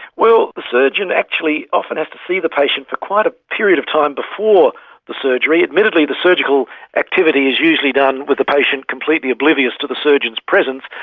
well, the surgeon actually often has to see the patient for quite a period of time before the surgery. admittedly the surgical activity is usually done with the patient completely oblivious to the surgeon's presence,